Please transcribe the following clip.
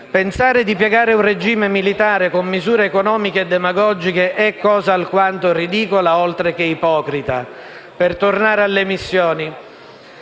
Pensare di piegare un regime militare con misure economiche demagogiche è cosa alquanto ridicola ed anche ipocrita. Per tornare alle missioni,